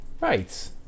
Right